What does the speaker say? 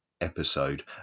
episode